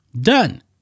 Done